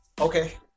Okay